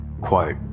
Quote